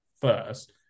first